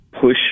push